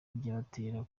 byabatera